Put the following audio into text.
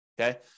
Okay